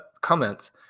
comments